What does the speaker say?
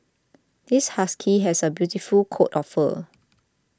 this husky has a beautiful coat of fur